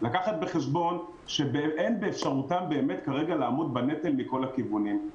לקחת בחשבון שאין באפשרותם באמת כרגע לעמוד בנטל מכל הכיוונים.